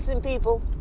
people